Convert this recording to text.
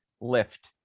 lift